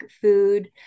food